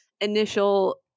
initial